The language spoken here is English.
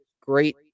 great